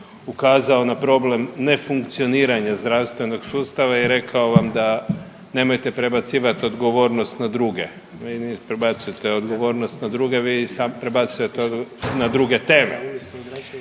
ukazao na problem nefunkcioniranja zdravstvenog sustava i rekao vam da nemojte prebacivati odgovornost na druge. Vi …/nerazumljivo/… odgovornost na druge, vi sam prebacujete na druge teme.